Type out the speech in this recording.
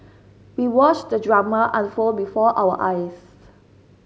we watched the drama unfold before our eyes